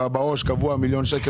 בעו"ש קבוע מיליון שקלים,